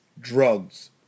drugs